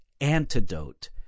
antidote